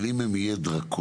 אבל אם הם יהיו דרקוניים